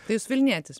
tai jūs vilnietis